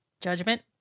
Judgment